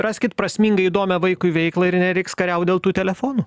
raskit prasmingą įdomią vaikui veiklą ir nereiks kariaut dėl tų telefonų